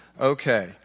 Okay